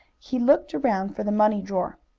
he looked round for the money drawer.